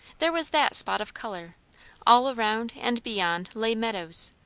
there was that spot of colour all around and beyond lay meadows,